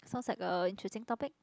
sounds like a interesting topic